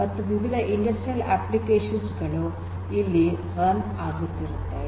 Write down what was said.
ಮತ್ತು ವಿವಿಧ industrial application ಗಳು ಇಲ್ಲಿ ರನ್ ಆಗುತ್ತಿರುತ್ತವೆ